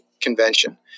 convention